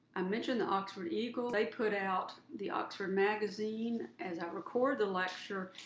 i mentioned the oxford eagle, they put out the oxford magazine. as i record the lecture,